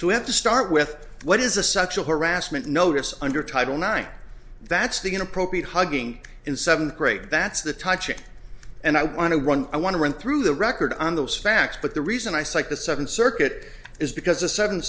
two have to start with what is a sexual harassment notice under title nine that's the inappropriate hugging in seventh grade that's the touching and i want to run i want to run through the record on those facts but the reason i cite the second circuit is because a sudden